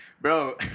Bro